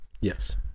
yes